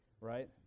right